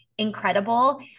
incredible